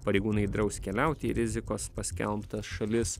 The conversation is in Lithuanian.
pareigūnai draus keliauti į rizikos paskelbtas šalis